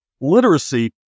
literacy